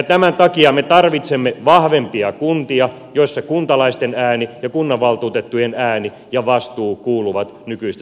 tämän takia me tarvitsemme vahvempia kuntia joissa kuntalaisten ääni ja kunnanvaltuutettujen ääni ja vastuu kuuluvat selkeästi nykyistä paremmin